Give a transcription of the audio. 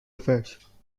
affairs